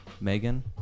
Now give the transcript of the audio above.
Megan